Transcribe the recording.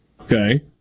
Okay